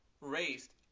raised